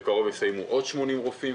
בקרוב יסיימו עוד 80 רופאים.